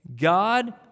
God